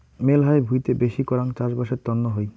মেলহাই ভুঁইতে বেশি করাং চাষবাসের তন্ন হই